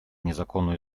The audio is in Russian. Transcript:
незаконную